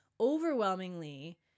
overwhelmingly